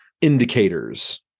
indicators